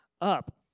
up